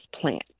plant